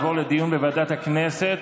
תעבור לדיון בוועדת הכנסת,